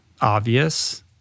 obvious